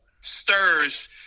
stirs